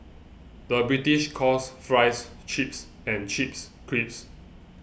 the British calls Fries Chips and Chips Crisps